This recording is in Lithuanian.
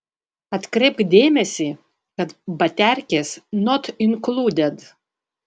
atkreipk dėmesį kad baterkės not inkluded